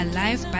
Alive